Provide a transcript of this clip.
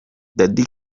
daddy